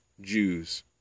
Jews